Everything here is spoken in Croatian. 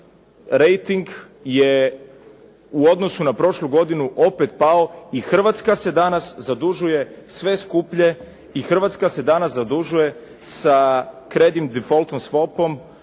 rejting je za prošlu godinu opet pao i Hrvatska se danas zadužuje sve skuplje i Hrvatska se danas zadužuje sa Credit default swap-om